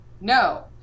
no